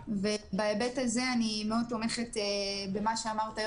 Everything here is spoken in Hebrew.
ובהיבט הזה אני מאוד תומכת במה שאמרת,